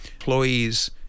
Employees